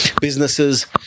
businesses